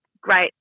great